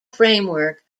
framework